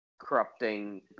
corrupting